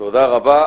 תודה רבה.